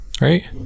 Right